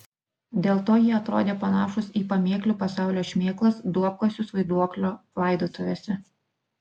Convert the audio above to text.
dėl to jie atrodė panašūs į pamėklių pasaulio šmėklas duobkasius vaiduoklio laidotuvėse